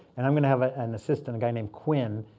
and i'm going to have ah an assistant, a guy named quinn,